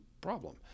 problem